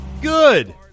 Good